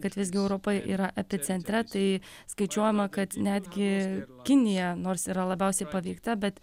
kad visgi europa yra epicentre tai skaičiuojama kad netgi kinija nors yra labiausiai paveikta bet